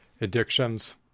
addictions